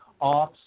off